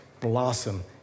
blossom